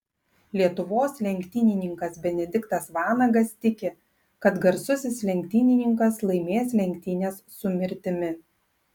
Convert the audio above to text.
lietuvos lenktynininkas benediktas vanagas tiki kad garsusis lenktynininkas laimės lenktynes su mirtimi